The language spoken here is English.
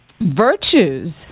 virtues